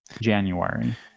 January